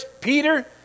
Peter